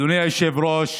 אדוני היושב-ראש,